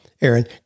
Aaron